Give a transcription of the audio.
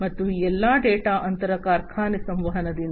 ಮತ್ತು ಈ ಎಲ್ಲಾ ಡೇಟಾ ಅಂತರ ಕಾರ್ಖಾನೆ ಸಂವಹನದಿಂದ